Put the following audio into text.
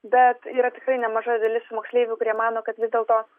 bet yra tikrai nemaža dalis moksleivių kurie mano kad vis dėlto